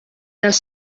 dels